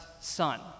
son